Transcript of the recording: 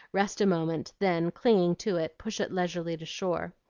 rest a moment, then, clinging to it, push it leisurely to shore.